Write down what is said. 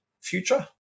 future